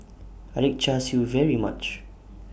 I like Char Siu very much